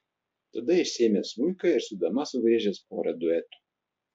tada išsiėmęs smuiką ir su dama sugriežęs porą duetų